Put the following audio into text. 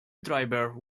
driver